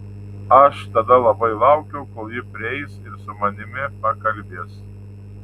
aš tada labai laukiau kol ji prieis ir su manimi pakalbės